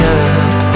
up